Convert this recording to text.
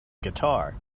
guitar